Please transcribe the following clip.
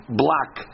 black